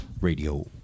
radio